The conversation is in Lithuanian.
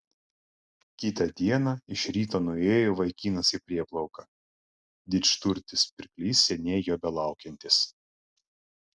kitą dieną iš ryto nuėjo vaikinas į prieplauką didžturtis pirklys seniai jo belaukiantis